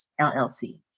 LLC